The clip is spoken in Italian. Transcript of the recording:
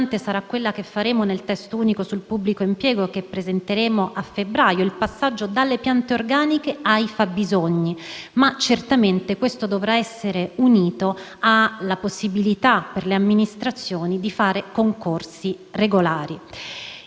il passaggio dalle piante organiche ai fabbisogni. Certamente, questo dovrà essere unito alla possibilità per le amministrazioni di espletare concorsi regolari.